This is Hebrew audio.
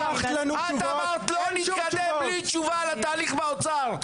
את אמרת: לא נתקדם בלי תשובה על התהליך באוצר,